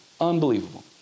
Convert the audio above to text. Unbelievable